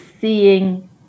seeing